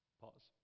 Pause